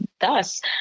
thus